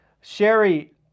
Sherry